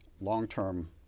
long-term